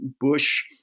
Bush